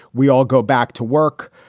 we all go back to work.